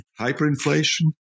hyperinflation